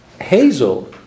Hazel